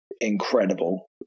incredible